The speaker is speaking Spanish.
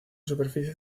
superficie